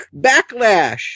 Backlash